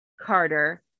Carter